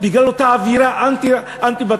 בגלל אותה אווירה אנטי-בתי-הדין.